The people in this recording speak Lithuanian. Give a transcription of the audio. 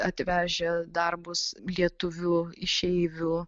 atvežę darbus lietuvių išeivių